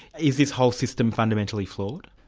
is this whole system fundamentally flawed?